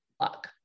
luck